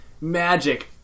magic